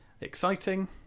exciting